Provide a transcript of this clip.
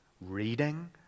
reading